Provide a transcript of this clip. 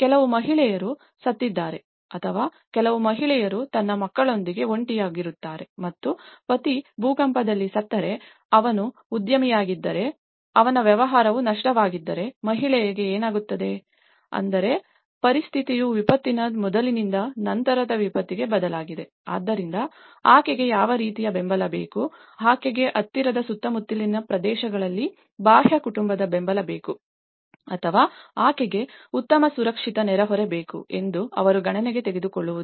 ಕೆಲವು ಮಹಿಳೆಯರು ಸತ್ತಿದ್ದಾರೆ ಅಥವಾ ಕೆಲವು ಮಹಿಳೆಯರು ತನ್ನ ಮಕ್ಕಳೊಂದಿಗೆ ಒಂಟಿಯಾಗಿರುತ್ತಾರೆ ಮತ್ತು ಪತಿ ಭೂಕಂಪದಲ್ಲಿ ಸತ್ತರೆ ಅವನು ಉದ್ಯಮಿಯಾಗಿದ್ದರೆ ಮತ್ತು ಅವನ ವ್ಯವಹಾರವು ನಷ್ಟವಾಗಿದ್ದರೆ ಮಹಿಳೆಗೆ ಏನಾಗುತ್ತದೆ ಅಂದರೆ ಪರಿಸ್ಥಿತಿಯು ವಿಪತ್ತಿನ ಮೊದಲಿನಿಂದ ನಂತರದ ವಿಪತ್ತಿಗೆ ಬದಲಾಗಿದೆ ಆದ್ದರಿಂದ ಆಕೆಗೆ ಯಾವ ರೀತಿಯ ಬೆಂಬಲ ಬೇಕು ಆಕೆಗೆ ಹತ್ತಿರದ ಸುತ್ತಮುತ್ತಲಿನ ಪ್ರದೇಶಗಳಲ್ಲಿ ಬಾಹ್ಯ ಕುಟುಂಬದ ಬೆಂಬಲ ಬೇಕು ಅಥವಾ ಆಕೆಗೆ ಉತ್ತಮ ಸುರಕ್ಷಿತ ನೆರೆಹೊರೆ ಬೇಕು ಎಂದು ಅವರು ಗಣನೆಗೆ ತೆಗೆದುಕೊಳ್ಳುವುದಿಲ್ಲ